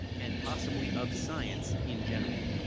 and possibly of science in general.